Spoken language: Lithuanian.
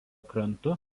krantu